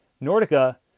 Nordica